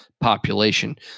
population